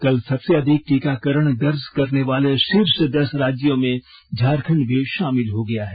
कल सबसे अधिक टीकाकरण दर्ज करने वाले शीर्ष दस राज्यों में झारखंड भी शामिल हो गया है